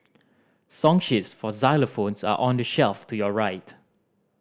song sheets for xylophones are on the shelf to your right